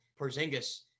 Porzingis